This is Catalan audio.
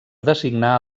designar